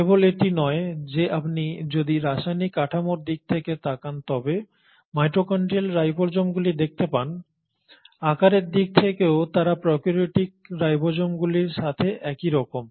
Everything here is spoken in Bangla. কেবল এটি নয় যে আপনি যদি রাসায়নিক কাঠামোর দিক থেকে তাকান তবে মাইটোকন্ড্রিয়াল রাইবোসোমগুলি দেখতে পান আকারের দিক থেকেও তারা প্রোক্যারিওটিক রাইবোসোমগুলির সাথে একইরকম